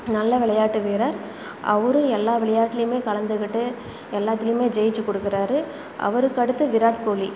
நல்ல விளையாட்டு வீரர் அவரும் எல்லா விளையாட்டிலையுமே கலந்துக்கிட்டு எல்லாத்துலையுமே ஜெயிச்சு கொடுக்குறாரு அவருக்கு அடுத்து விராட் கோலி